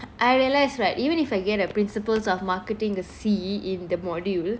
I realise right even if I get a principles of marketing a C in the module